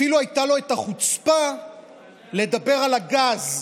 אפילו הייתה לו את החוצפה לדבר על הגז,